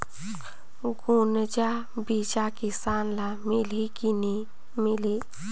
गुनजा बिजा किसान ल मिलही की नी मिलही?